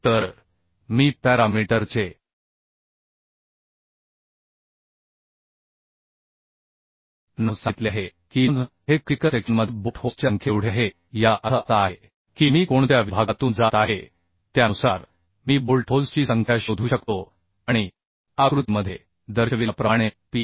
तर मी पॅरामीटरचे नाव सांगितले आहे की n हे क्रिटिकल सेक्शनमधील बोल्ट होल्सच्या संख्येएवढे आहे याचा अर्थ असा आहे की मी कोणत्या विभागातून जात आहे त्यानुसार मी बोल्ट होल्सची संख्या शोधू शकतो आणि आकृतीमध्ये दर्शविल्याप्रमाणे PS